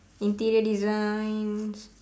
interior designs